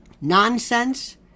nonsense